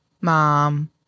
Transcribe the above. mom